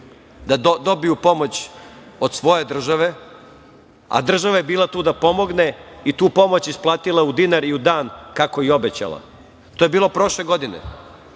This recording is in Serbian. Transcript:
da dobiju pomoć od svoje države, a država je bila tu da pomogne i tu pomoć isplatila u dinar i u dan, kako je i obećala. To je bilo prošle godine.